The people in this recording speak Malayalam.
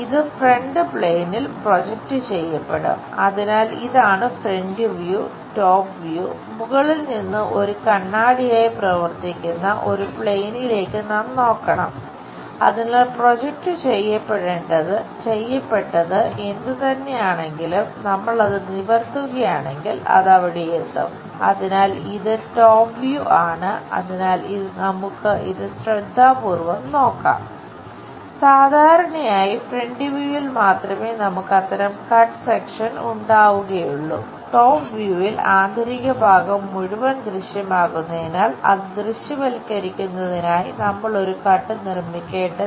front view നിർമ്മിക്കേണ്ടതില്ല